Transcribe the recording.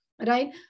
right